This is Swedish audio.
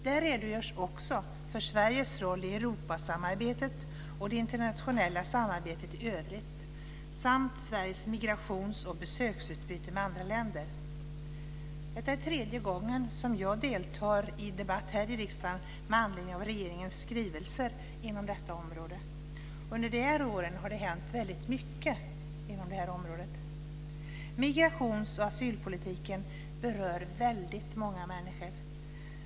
Där redogörs också för Sveriges roll i Europasamarbetet och det internationella samarbetet i övrigt samt Sveriges migrationsoch besöksutbyte med andra länder. Detta är tredje gången jag deltar i en debatt här i riksdagen med anledning av regeringens skrivelser inom detta område. Under de här åren har det hänt väldigt mycket inom området. Migrations och asylpolitiken berör väldigt många människor.